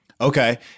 Okay